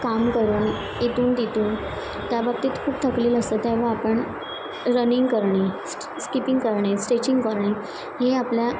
काम करून इथून तिथून त्याबाबतीत खूप थकलेलं असतं तेव्हा आपण रनिंग करणे स्की स्कीपिंग करणे स्ट्रेचिंग करणे हे आपल्या